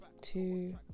Two